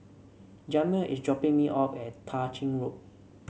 Jamil is dropping me off at Tah Ching Road